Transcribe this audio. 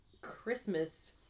christmas